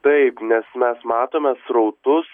taip nes mes matome srautus